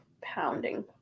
Pounding